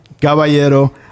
caballero